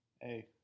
Hey